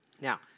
Now